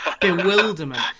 bewilderment